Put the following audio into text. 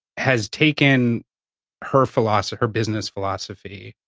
has taken her philosophy, her business philosophy,